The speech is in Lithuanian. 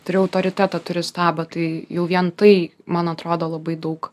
turi autoritetą turi stabą tai jau vien tai man atrodo labai daug